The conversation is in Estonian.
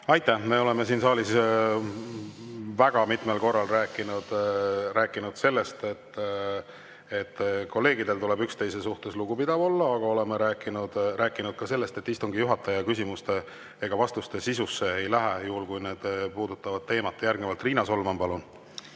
Aitäh! Me oleme siin saalis väga mitmel korral rääkinud, et kolleegidel tuleb üksteise suhtes lugupidav olla. Aga me oleme rääkinud ka sellest, et istungi juhataja küsimuste ja vastuste sisusse ei lähe, juhul kui need puudutavad teemat. Järgnevalt Riina Solman,